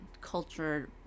culture